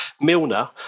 Milner